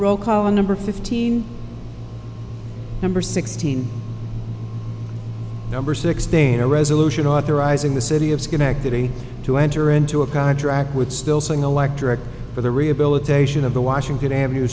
roll call number fifteen number sixteen number sixteen a resolution authorizing the city of schenectady to enter into a contract with still single like direct for the rehabilitation of the washington avenue